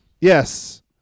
Yes